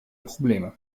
probleme